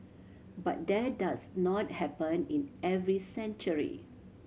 but that does not happen in every century